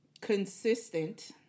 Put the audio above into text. consistent